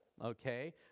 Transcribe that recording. okay